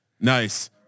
Nice